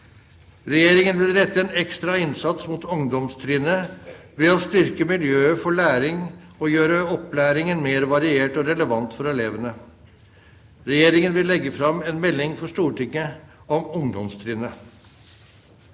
Regjeringen vil rette en ekstra innsats mot ungdomstrinnet ved å styrke miljøet for læring og gjøre opplæringen mer variert og relevant for elevene. Regjeringen vil legge fram en melding for Stortinget om ungdomstrinnet.